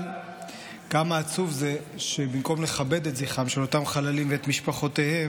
אבל כמה עצוב זה שבמקום לכבד את זכרם של אותם חללים ואת משפחותיהם,